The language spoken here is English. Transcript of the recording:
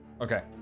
Okay